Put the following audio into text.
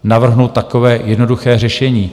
Navrhnu takové jednoduché řešení.